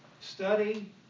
Study